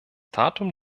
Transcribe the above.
datum